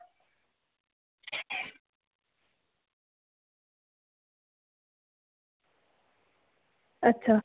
अच्छा